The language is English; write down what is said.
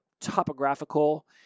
topographical